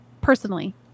personally